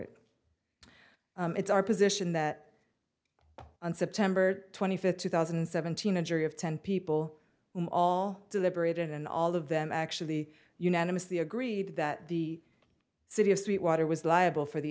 it it's our position that on september twenty fifth two thousand and seventeen injury of ten people who all deliberated and all of them actually unanimously agreed that the city of st water was liable for the